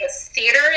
theater